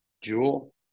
Jewel